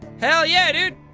hell yeah dude!